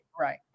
Right